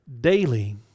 daily